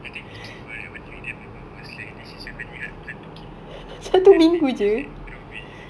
I think we keep for like one week then my mum was like this is a very hard plant to keep then we just like throw away